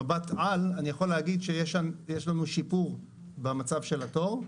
במבט על אני יכול להגיד שיש לנו שיפור במצב התור.